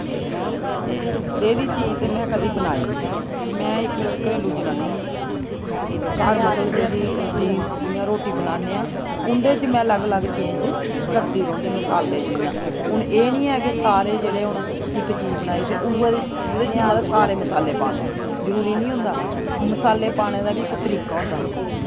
एह् नेही नेही चीज ते में कदें बनाई निं में इक घरेलू जनान्नी आं ते घर मतलब जेह्ड़ी रुट्टी च जि'यां रोटी बनान्ने आं उं'दे च में लग्ग लग्ग चेंज करदी रौह्न्नी मसाले जि'यां हून एह् निं ऐ कि सारे जेह्ड़े हून इक चीज बनाई ते उ'ऐ ओह्दे च गै मतलब सारे मसाले पाने न जरूरी नि होंदा मसाले पाने दा बी इक तरीका होंदा